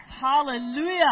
Hallelujah